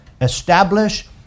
Establish